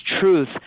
truth